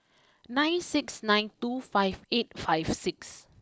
nine six nine two five eight five six